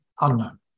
Unknown